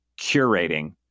curating